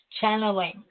channeling